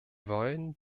wollen